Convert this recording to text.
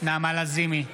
נעמה לזימי,